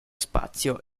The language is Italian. spazio